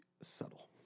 Subtle